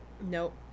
Nope